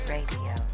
Radio